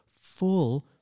full